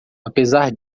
apesar